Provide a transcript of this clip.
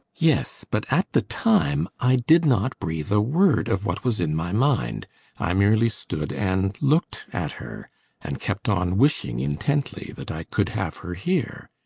yes, but at the time i did not breathe a word of what was in my mind. i merely stood and looked at her and kept on wishing intently that i could have her here.